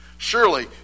Surely